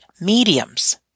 mediums